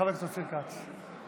קבוצת סיעת יהדות התורה,